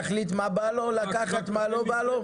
והוא יכול להחליט לקחת מה שבא לו לקחת ומה לא בא לו?